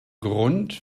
grund